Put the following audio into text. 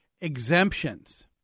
Exemptions